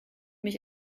mich